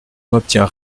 n’obtient